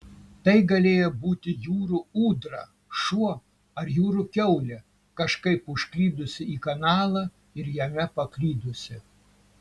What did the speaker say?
tai galėjo būti jūrų ūdra šuo ar jūrų kiaulė kažkaip užklydusi į kanalą ir jame paklydusi